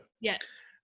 Yes